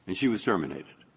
and she was terminated.